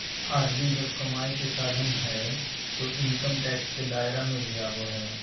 RD जब कमाई के साधन हइ तो इनकम टैक्स के दायरा में भी आवो हइ